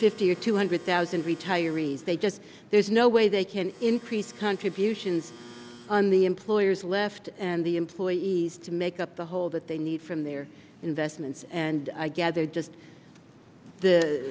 fifty or two hundred thousand retirees they just there's no way they can increase contributions on the employer's left and the employees to make up the hole that they need from their investments and i gather just the